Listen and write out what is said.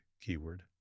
keyword